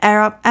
Arab